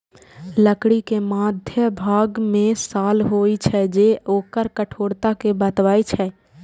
लकड़ी के मध्यभाग मे साल होइ छै, जे ओकर कठोरता कें बतबै छै